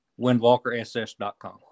windwalkerss.com